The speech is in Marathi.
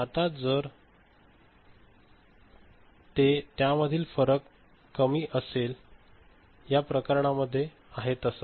आता जर ते त्यामधील फरक जर अगदी कमी असेल या प्रकरणा मध्ये आहे तसा